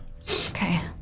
Okay